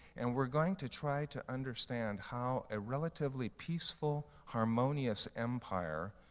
and we're going to try to understand how a relatively peaceful, harmonious empire,